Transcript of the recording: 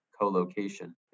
co-location